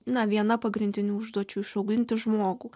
na viena pagrindinių užduočių išauginti žmogų